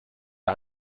der